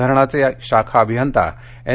धरणाचे शाखा अभियंता एन